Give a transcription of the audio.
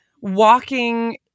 walking